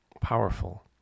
powerful